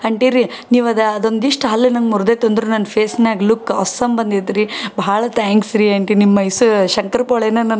ಅಂಟಿ ರೀ ನೀವು ಅದು ಅದೊಂದಿಷ್ಟು ಹಲ್ಲು ನಂಗೆ ಮುರ್ದೋಯ್ತು ಅಂದರು ನನ್ನ ಫೇಸ್ನ್ಯಾಗ ಲುಕ್ ಆಸಮ್ ಬಂದೈತೆ ರೀ ಬಹಳ ತ್ಯಾಂಕ್ಸ್ ರೀ ಅಂಟಿ ನಿಮ್ಮ ಈ ಸ ಶಂಕರ್ ಪೋಳೆನ ನನಗೆ